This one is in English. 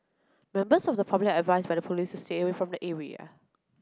members of the public are advised by the police to stay away from the area